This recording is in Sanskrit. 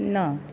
न